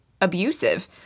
abusive